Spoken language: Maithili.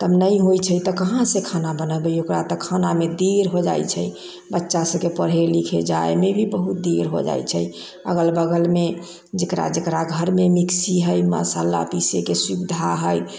तब नहि होइ छै तऽ कहाँ सँ खाना बनेबै ओकरा तऽ खाना मे देर हो जाइ छै बच्चा सबके पढ़े लिखे जाइमे भी बहुत देर हो जाइ छै अगल बगल मे जेकरा जेकरा घर मे मिक्सी है मशाला पीसै के सुविधा है